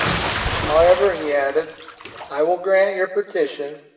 how ever, he added i will grant your petition,